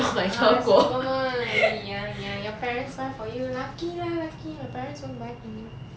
ya ya your parents buy for you lucky lah lucky my parents won't buy for me